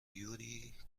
یوری